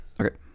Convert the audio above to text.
Okay